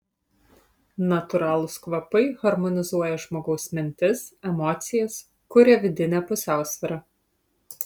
natūralūs kvapai harmonizuoja žmogaus mintis emocijas kuria vidinę pusiausvyrą